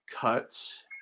cuts